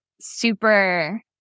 super